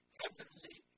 heavenly